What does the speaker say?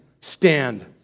stand